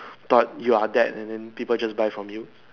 thought you are dead and then people just buy from you